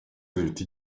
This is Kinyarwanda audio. zifite